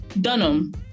dunham